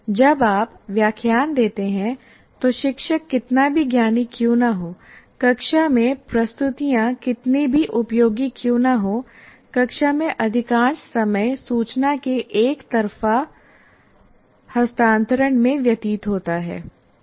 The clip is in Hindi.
जब आप व्याख्यान देते हैं तो शिक्षक कितना भी ज्ञानी क्यों न हो कक्षा में प्रस्तुतियाँ कितनी भी उपयोगी क्यों न हों कक्षा में अधिकांश समय सूचना के एक तरफ़ा हस्तांतरण में व्यतीत होता है